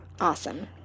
awesome